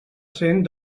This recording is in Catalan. cent